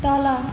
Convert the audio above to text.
तल